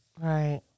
Right